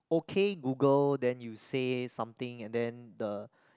okay Google then you say something and then the